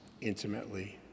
intimately